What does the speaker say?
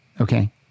okay